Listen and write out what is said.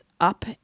up